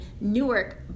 Newark